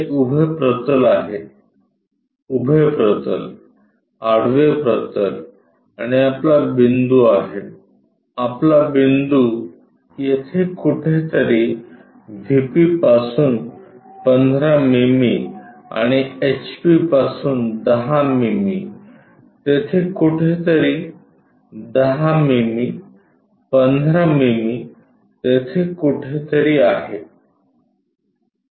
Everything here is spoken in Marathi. हे उभे प्रतल आहे उभे प्रतल आडवे प्रतल आणि आपला बिंदू आहे आपला बिंदू येथे कुठेतरी व्हीपीपासून 15 मिमी आणि एचपीपासून 10 मिमी तेथे कुठेतरी 10 मिमी 15 मिमी तेथे कुठेतरी आहे